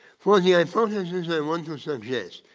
for the hypothesis i want to suggest,